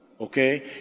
okay